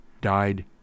died